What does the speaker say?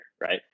right